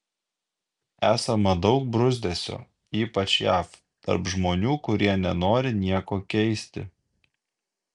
esama daug bruzdesio ypač jav tarp žmonių kurie nenori nieko keisti